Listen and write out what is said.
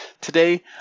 today